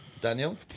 Daniel